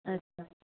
अच्छा